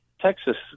Texas